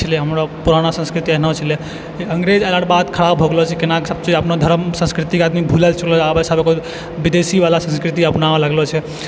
छलै हमरो पुराना संस्कृति एहनो छलै अङ्ग्रेज अयलाके बाद खराब भऽ गेल छलै केना के सब चीज अपनो धरम संस्कृतिके आदमी भुलल छै विदेशी वाला संस्कृति अपनावऽ लगलो छै